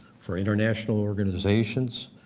for international organizations,